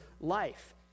life